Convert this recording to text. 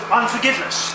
unforgiveness